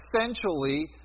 essentially